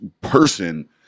person